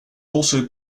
also